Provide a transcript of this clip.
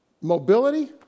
mobility